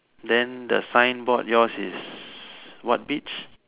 then the sign board yours is what beach